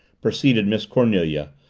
proceeded miss cornelia,